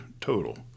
total